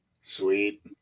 Sweet